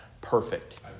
perfect